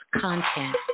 content